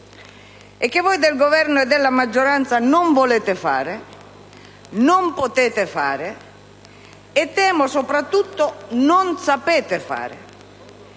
che voi del Governo e della maggioranza non volete fare, non potete fare, e temo, soprattutto, non sapete fare,